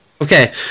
Okay